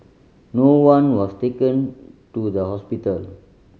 no one was taken to the hospital